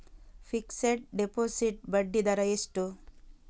Fixed deposit ಬಡ್ಡಿ ದರ ಎಷ್ಟು?